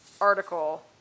article